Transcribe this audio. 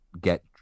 get